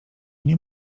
nie